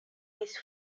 this